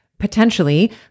potentially